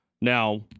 Now